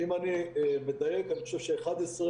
יש שם